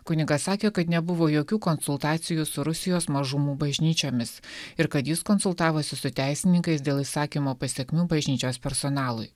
kunigas sakė kad nebuvo jokių konsultacijų su rusijos mažumų bažnyčiomis ir kad jis konsultavosi su teisininkais dėl įsakymo pasekmių bažnyčios personalui